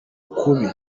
kubi